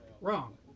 Wrong